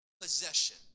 possession